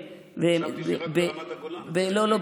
חשבתי שרק ברמת הגולן, לא, לא.